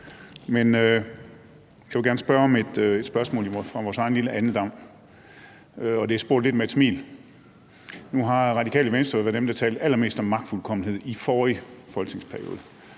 Men jeg vil gerne stille et spørgsmål fra vores egen lille andedam, og jeg spørger lidt med et smil. Nu har Radikale Venstre jo været dem, der har talt allermest om magtfuldkommenhed i forrige folketingsperiode,